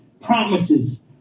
promises